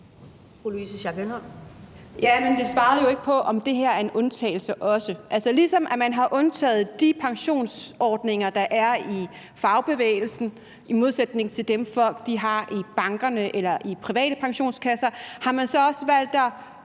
noget svar på, om det her også er en undtagelse. Altså, har man, ligesom man har undtaget de pensionsordninger, der er i fagbevægelsen, i modsætning til dem, folk har i bankerne eller i private pensionskasser, så også valgt at